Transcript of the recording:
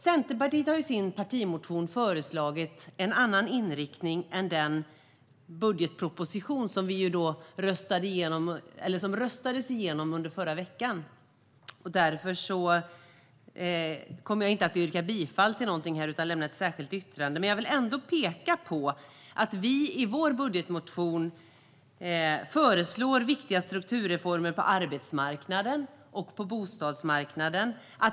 Centerpartiet har i sin partimotion föreslagit en annan inriktning än den budgetproposition som röstades igenom under förra veckan. Därför kommer jag inte att yrka bifall till någonting utan lämna ett särskilt yttrande. Jag vill dock peka på att vi i vår budgetmotion föreslår viktiga strukturreformer på arbetsmarknaden och bostadsmarknaden.